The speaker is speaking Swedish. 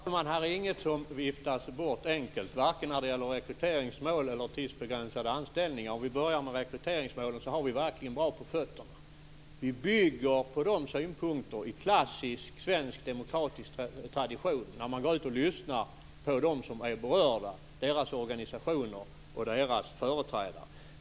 Fru talman! Här är inget som viftas bort enkelt, varken när det gäller rekryteringsmål eller när det gäller tidsbegränsade anställningar. Låt mig börja med rekryteringsmålen. Där har vi verkligen bra på fötterna. I klassisk svensk demokratisk tradition bygger vi på synpunkter från dem som är berörda. Vi går ut och lyssnar på deras organisationer och deras företrädare.